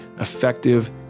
effective